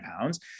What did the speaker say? pounds